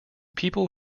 people